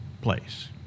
place